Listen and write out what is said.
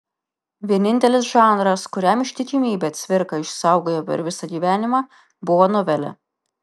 vienintelis žanras kuriam ištikimybę cvirka išsaugojo per visą gyvenimą buvo novelė